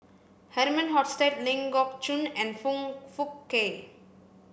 Herman Hochstadt Ling Geok Choon and Foong Fook Kay